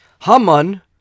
Haman